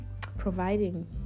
providing